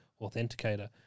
authenticator